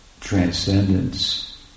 transcendence